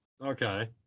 Okay